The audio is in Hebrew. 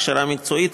הכשרה מקצועית,